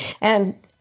And-